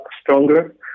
stronger